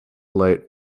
light